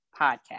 podcast